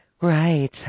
Right